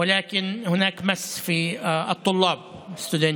אבל אם מחר אתם תביאו אותן לכאן,